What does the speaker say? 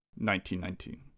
1919